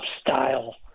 style